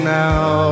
now